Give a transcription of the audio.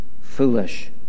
foolish